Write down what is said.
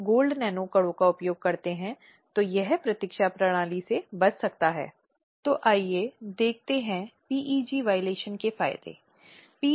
अब बाहरी संगठन है जिसमें 10 से कम महिलाएं हैं जो संगठन के भीतर कार्यरत हैं